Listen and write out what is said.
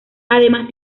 además